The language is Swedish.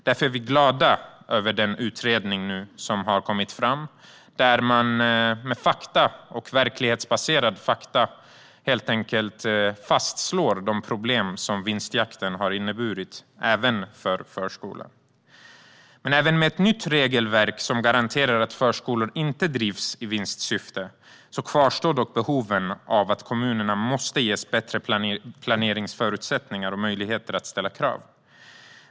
Därför är vi glada över den utredning som har kommit fram, där man med verklighetsbaserade fakta fastslår de problem som vinstjakten har inneburit, även för förskolan. Även med ett nytt regelverk som garanterar att förskolor inte drivs med vinstsyfte kvarstår behovet av att kommunerna ges bättre planeringsförutsättningar och möjligheter att ställa krav.